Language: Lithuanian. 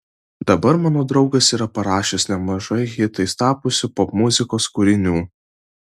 dabar mano draugas yra parašęs nemažai hitais tapusių popmuzikos kūrinių